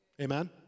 Amen